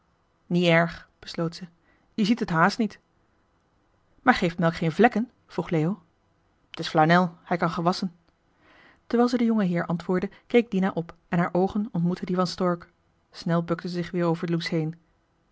besloot ze je zie et hààst niet maar geeft melk geen vlekken vroeg leo het is flanel hij kan gewasschen terwijl ze den jongeheer antwoordde keek dina op en haar oogen ontmoetten die van stork snel bukte ze zich weer over loes heen